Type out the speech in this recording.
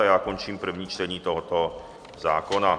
A já končím první čtení tohoto zákona.